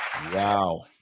Wow